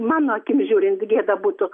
mano akim žiūrint gėda būtų